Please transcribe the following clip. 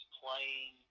playing